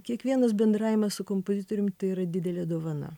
kiekvienas bendravimas kompozitorium tai yra didelė dovana